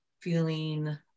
feeling